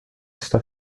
está